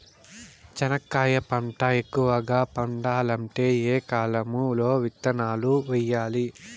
చెనక్కాయ పంట ఎక్కువగా పండాలంటే ఏ కాలము లో విత్తనాలు వేయాలి?